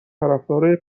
طرفدارای